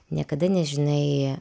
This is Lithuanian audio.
niekada nežinai